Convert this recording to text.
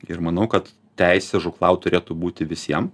ir manau kad teisė žūklaut turėtų būti visiem